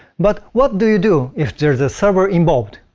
but what do you do if there's a server involved?